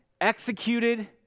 executed